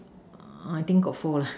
I think got four lah